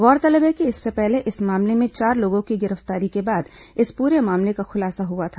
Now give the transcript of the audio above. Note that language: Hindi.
गौरतलब है कि इससे पहले इस मामले में चार लोगों की गिरफ्तारी के बाद इस पूरे मामले का खुलासा हुआ था